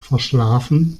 verschlafen